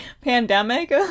pandemic